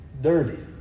dirty